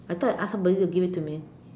I thought I ask somebody to give it to me